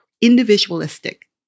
individualistic